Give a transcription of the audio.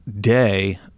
day